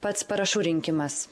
pats parašų rinkimas